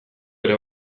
ere